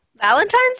valentine's